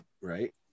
right